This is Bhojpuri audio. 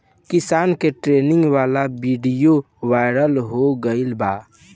किसान के ट्रेनिंग वाला विडीओ वायरल हो गईल बा